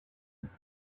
going